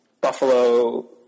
buffalo